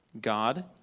God